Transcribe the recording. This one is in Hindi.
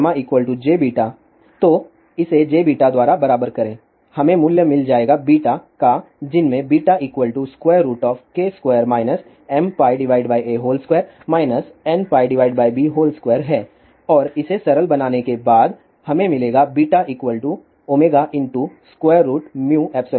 तो इसे jβ द्वारा बराबर करें हमें मूल्य मिल जाएगा का जिनमें βk2 mπa2 nπb2 है और इसे सरल बनाने के बाद हमें मिलेगा βωμε1 fcf2